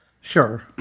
Sure